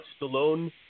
Stallone